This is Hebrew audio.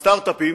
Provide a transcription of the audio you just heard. הסטארט-אפים,